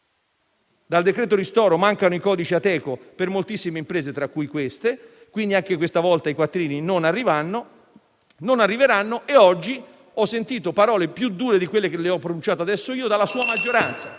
Dal decreto ristoro mancano i codici Ateco per moltissime imprese, tra cui queste, e quindi, anche questa volta, i quattrini non arriveranno. Oggi ho ascoltato parole più dure di quelle che ho pronunciato adesso io dalla sua maggioranza.